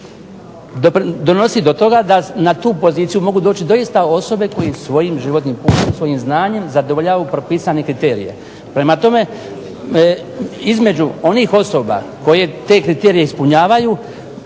donosi do toga da na tu poziciju mogu doći doista osobe koje svojim životnim putem, svojim znanjem zadovoljavaju propisane kriterije. Prema tome između onih osoba koje te kriterije ispunjavaju